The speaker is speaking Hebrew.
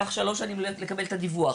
לקח שלוש שנים לקבל את הדיווח.